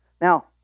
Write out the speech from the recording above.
Now